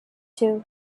two